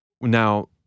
Now